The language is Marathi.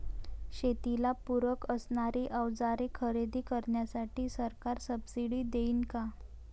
शेतीला पूरक असणारी अवजारे खरेदी करण्यासाठी सरकार सब्सिडी देईन का?